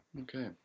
Okay